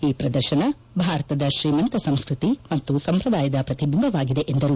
ಈ ಪ್ರದರ್ಶನ ಭಾರತದ ಶ್ರೀಮಂತ ಸಂಸ್ಕೃತಿ ಮತ್ತು ಸಂಪ್ರದಾಯದ ಪ್ರತಿಬಿಂಬವಾಗಿದೆ ಎಂದರು